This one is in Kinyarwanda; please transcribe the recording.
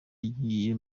agiye